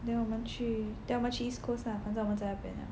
then 我们去 then 我们去 East Coast lah 反正我们在那边了